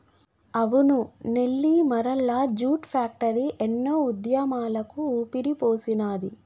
అవును Nellimarla jute factory ఎన్నో ఉద్యమాలకు ఊపిరిపోసినాది